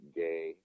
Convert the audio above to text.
gay